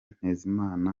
ntezimana